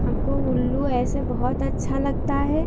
हमको उल्लू ऐसे बहुत अच्छा लगता है